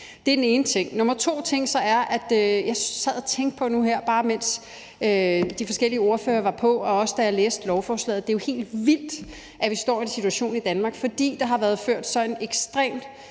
Det er den ene ting. Den anden ting er så, at jeg sad og tænkte på nu her, bare mens de forskellige ordførere var på, og også da jeg læste lovforslaget, at det jo er helt vildt, at vi står i en situation i Danmark, hvor der, fordi der har været ført en så ekstremt